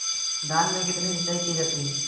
धान में कितनी सिंचाई की जाती है?